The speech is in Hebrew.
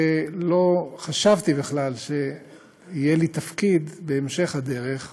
ולא חשבתי בכלל שיהיה לי תפקיד בהמשך הדרך בנושא.